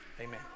amen